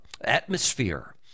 atmosphere